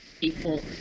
people